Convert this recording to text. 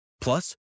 Plus